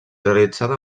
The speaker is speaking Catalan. realitzada